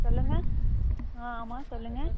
சொல்லுங்கள் ஆ ஆமாம் சொல்லுங்கள்